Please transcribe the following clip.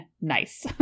Nice